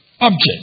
object